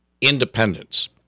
Independence